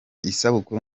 isabukuru